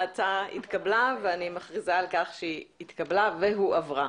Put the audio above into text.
ההצעה התקבלה ואני מכריזה על כך שהיא התקבלה והועברה.